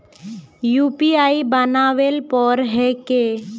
UPI बनावेल पर है की?